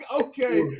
okay